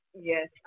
Yes